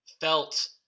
felt